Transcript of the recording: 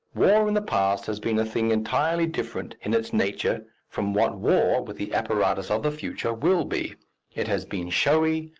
war in the past has been a thing entirely different in its nature from what war, with the apparatus of the future, will be it has been showy,